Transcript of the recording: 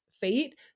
fate